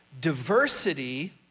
diversity